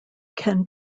can